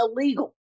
illegal